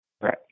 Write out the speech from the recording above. Right